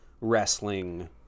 wrestling